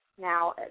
Now